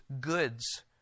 goods